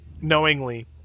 knowingly